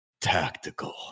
Tactical